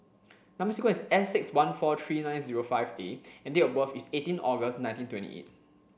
number sequence is S six one four three nine zero five A and date of birth is eighteen August nineteen twenty eight